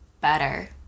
better